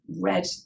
read